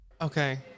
Okay